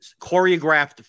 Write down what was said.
choreographed